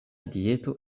dieto